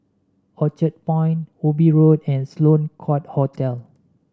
Orchard Point Ubi Road and Sloane Court Hotel